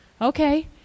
Okay